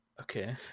Okay